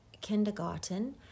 kindergarten